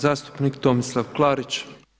Zastupnik Tomislav Klarić.